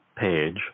page